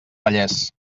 vallès